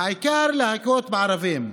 העיקר להכות בערבים.